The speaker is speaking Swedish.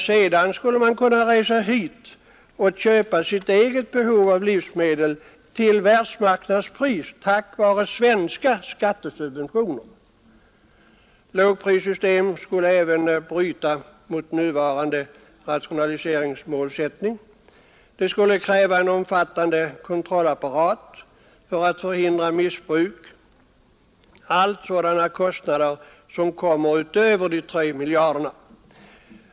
Sedan skulle dessa länder i Sverige kunna köpa sitt eget behov av livsmedel till världsmarknadspris tack vare svenska skattesubventioner. Ett lågprissystem skulle även bryta mot nuvarande rationaliseringsmålsättning. Det skulle kräva en omfattande kontrollapparat för att förhindra missbruk. Allt detta blir kostnader som kommer utöver de 3 miljarderna.